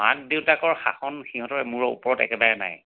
মাক দেউতাকৰ শাসন সিহঁতৰ মূৰৰ ওপৰত একেবাৰেই নাই